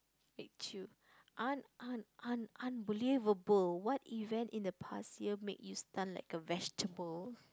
made you un~ un~ un~ unbelievable what event in the past year made you stunned like a vegetable